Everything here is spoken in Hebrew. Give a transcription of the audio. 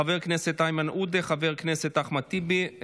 חבר כנסת איימן עודה, חבר כנסת אחמד טיבי,